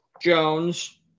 Jones